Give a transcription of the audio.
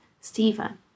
Stephen